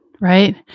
right